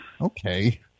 Okay